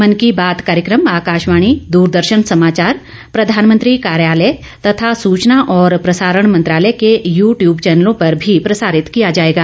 मन की बात कार्यक्रम आकाशवाणी द्रदर्शन समाचार प्रधानमंत्री कार्यालय तथा सूचना और प्रसारण मंत्रालय के यू ट्यूब चैनलों पर भी प्रसारित किया जाएगा